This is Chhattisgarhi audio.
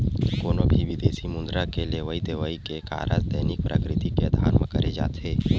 कोनो भी बिदेसी मुद्रा के लेवई देवई के कारज दैनिक प्रकृति के अधार म करे जाथे